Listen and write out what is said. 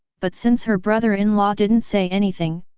but since her brother-in-law didn't say anything,